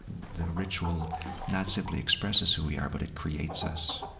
the ritual not simply expresses who we are, but it creates us